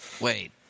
Wait